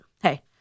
hey